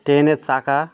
ট্রেনের চাকা